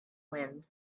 wind